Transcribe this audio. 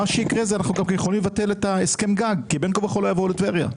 אנחנו יכולים לבטל גם את הסכם הגג כי ממילא לא יבואו לטבריה.